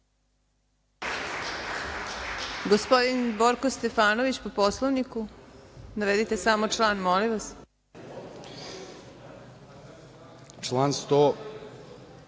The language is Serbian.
Gospodin Borko Stefanović, po Poslovniku. Navedite samo član, molim vas. **Borko